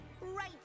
Right